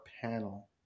panel